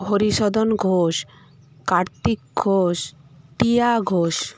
Harisadan Ghosh Kartik Ghosh Piya Ghosh